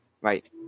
right